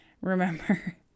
remember